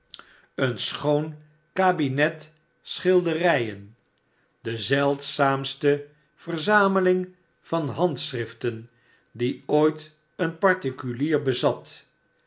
een schoon kabinet schilderijen de zeldzaamste verzameling van handschriften die ooit een particulier bezat